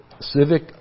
civic